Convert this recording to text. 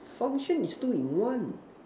foundation is two in one